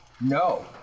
No